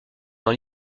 dans